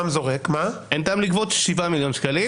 אין טעם לגבות 7,000,000 שקלים.